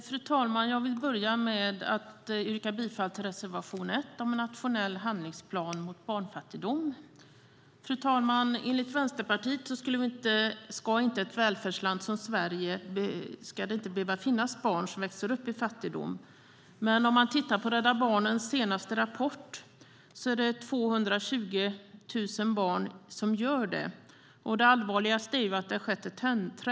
Fru talman! Jag vill börja med att yrka bifall till reservation 1 om en nationell handlingsplan mot barnfattigdom. Fru talman! Enligt Vänsterpartiet ska det i ett välfärdsland som Sverige inte behöva finnas barn som växer upp i fattigdom. Men enligt Rädda Barnens senaste rapport är det 220 000 barn som gör det. Det allvarligaste är att det har skett ett trendbrott.